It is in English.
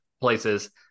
places